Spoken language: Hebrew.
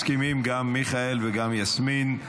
מסכימים גם מיכאל וגם יסמין.